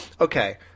okay